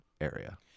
area